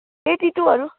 eighty टुहरू